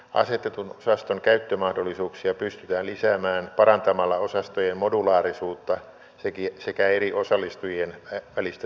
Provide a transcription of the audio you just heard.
asetetun osaston käyttömahdollisuuksia pystytään lisäämään parantamalla osastojen modulaarisuutta sekä eri osallistujien välistä tiedonkulkua